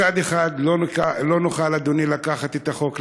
מצד אחד לא נוכל, אדוני, לקחת את החוק לידיים.